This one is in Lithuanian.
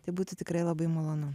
tai būti tikrai labai malonu